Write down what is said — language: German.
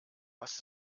hast